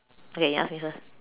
okay you ask me first